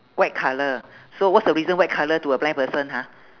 white colour so what's the reason white colour to a blind person ha